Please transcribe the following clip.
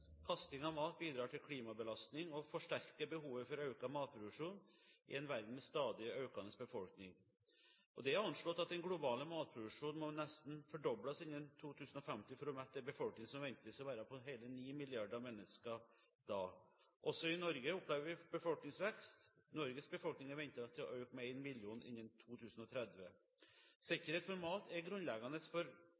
av mat bidrar til klimabelastning og forsterker behovet for økt matproduksjon i en verden med stadig økende befolkning. Det er anslått at den globale matproduksjonen nesten må fordobles innen 2050 for å mette en befolkning som da ventes å være på hele 9 milliarder mennesker. Også i Norge opplever vi befolkningsvekst. Norges befolkning er ventet å øke med én million innen 2030.